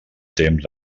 temps